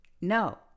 No